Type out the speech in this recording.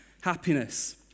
Happiness